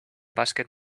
basket